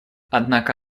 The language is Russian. однако